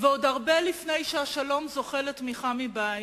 ועוד הרבה לפני שהשלום זוכה לתמיכה מבית,